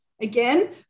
again